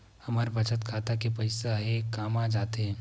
हमर बचत खाता के पईसा हे कामा जाथे?